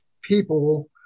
people